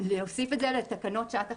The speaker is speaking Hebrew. להוסיף את זה לתקנות שעת החירום.